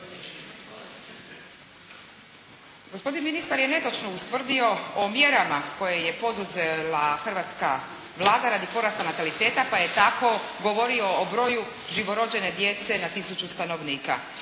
Gospodin ministar je netočno ustvrdio o mjerama koje je poduzela hrvatska Vlada radi porasta nataliteta pa je tako govorio o broju živorođene djece na tisuću stanovnika.